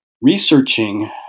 researching